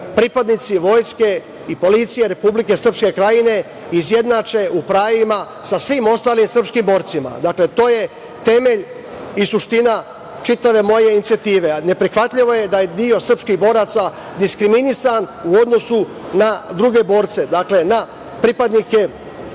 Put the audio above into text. pripadnici vojske i policije Republike Srpske Krajine izjednače u pravima sa svim ostalim srpskim borcima. Dakle, to je temelj i suština čitave moje inicijative. Neprihvatljivo je da je deo srpskih boraca diskriminisan u odnosu na druge borce, na pripadnike